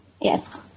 Yes